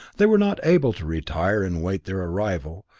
they were not able to retire and await their arrival,